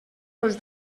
tots